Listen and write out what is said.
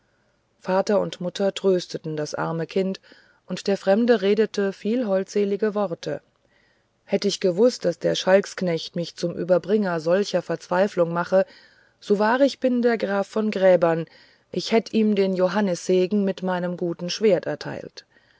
vater und mutter trösteten das arme kind und der fremde redete viel holdselige worte hätt ich gewußt daß der schalksknecht mich zum überbringer solcher verzweiflung mache so wahr ich bin der graf von gräbern ich hätt ihm den johannissegen mit meinem guten schwert erteilt